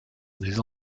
des